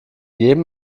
jedem